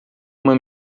uma